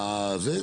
זה,